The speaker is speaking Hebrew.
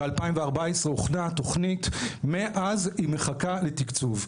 ב-2014 התוכנית הוכנה, ומאז היא מחכה לתקצוב.